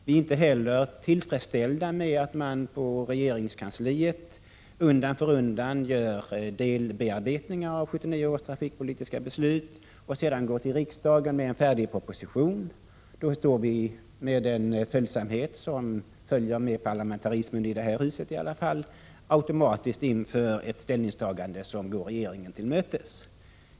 Vi är inte heller tillfredsställda med att man på regeringskansliet undan för undan gör delbearbetningar av 1979 års trafikpolitiska beslut och sedan går till riksdagen med en färdig proposition. Då står vi — med den följsamhet som följer med parlamentarismeni det här huset i alla fall — automatiskt inför ett ställningstagande som går regeringen till mötes.